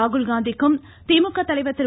ராகுல்காந்திக்கும் திமுக தலைவர் திரு